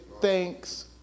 thanks